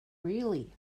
really